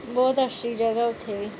बहुत अच्छी जगह उत्थै बी